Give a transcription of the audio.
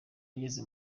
ageze